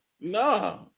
No